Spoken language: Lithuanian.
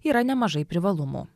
yra nemažai privalumų